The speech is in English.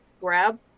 grab